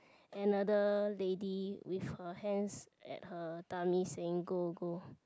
another lady with her hands at her tummy saying go go